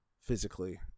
physically